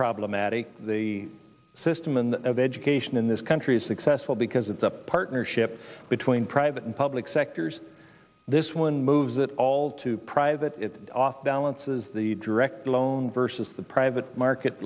problematic the system and of education in this country is successful because it's a partnership between private and public sectors this one moves it all to private off balances the direct loan versus the private market